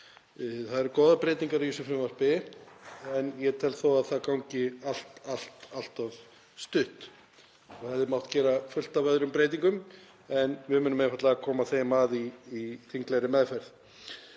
Það eru góðar breytingar í þessu frumvarpi en ég tel þó að það gangi allt of stutt og hefði mátt gera fullt af öðrum breytingum en við munum einfaldlega að koma þeim að í þinglegri meðferð.